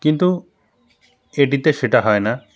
কিন্তু এটিতে সেটা হয় না